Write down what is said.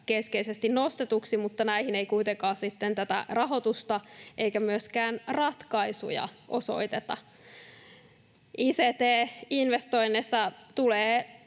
keskeisesti nostetuksi, mutta näihin ei kuitenkaan sitten tätä rahoitusta eikä myöskään ratkaisuja osoiteta. Ict-investoinneissa tulee